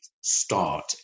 start